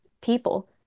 people